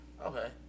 Okay